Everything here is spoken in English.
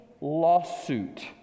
lawsuit